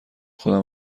خودم